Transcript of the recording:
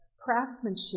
craftsmanship